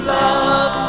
love